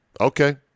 Okay